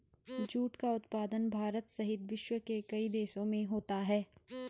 jute का उत्पादन भारत सहित विश्व के कई देशों में होता है